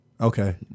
Okay